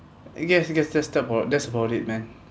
I guess I guess that's about that's about it man